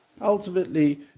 ultimately